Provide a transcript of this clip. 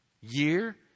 Year